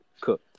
Cook